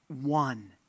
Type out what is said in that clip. one